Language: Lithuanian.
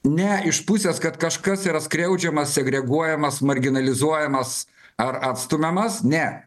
ne iš pusės kad kažkas yra skriaudžiamas segreguojamas marginalizuojamas ar atstumiamas ne